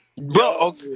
Bro